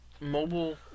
mobile